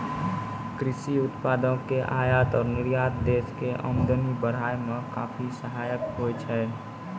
कृषि उत्पादों के आयात और निर्यात देश के आमदनी बढ़ाय मॅ काफी सहायक होय छै